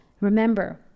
Remember